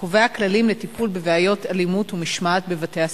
הקובע כללים לטיפול בבעיות אלימות ומשמעת בבתי-הספר.